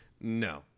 no